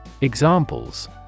Examples